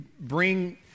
bring